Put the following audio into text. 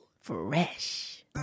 Fresh